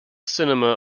cinema